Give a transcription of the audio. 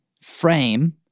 frame